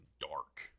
dark